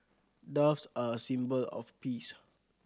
doves are a symbol of peace